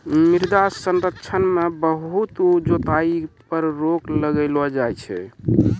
मृदा संरक्षण मे बहुत जुताई पर रोक लगैलो जाय छै